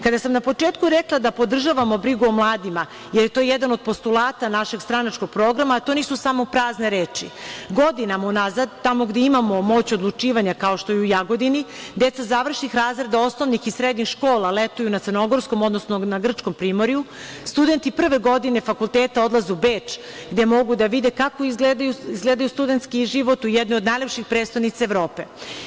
Kada sam na početku rekla da podržavamo brigu o mladima, jer je to jedna od postulata našeg stranačkog programa, to nisu samo prazne reči, godinama u nazad, tamo gde imamo moć odlučivanja, kao što je u Jagodini, deca završnih razreda osnovnih i srednjih škola, letuju na Crnogorskom, odnosno na Grčkom primorju, studenti prve godine fakulteta odlaze u Beč gde mogu da vide kako izgleda studentski život u jednoj on najlepših prestonica Evrope.